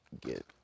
get